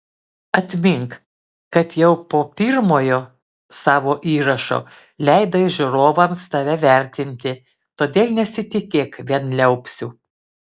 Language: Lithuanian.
atmink kad jau po pirmojo savo įrašo leidai žiūrovams tave vertinti todėl nesitikėk vien liaupsių